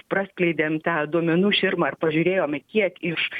praskleidėm tą duomenų širmą ir pažiūrėjome kiek iš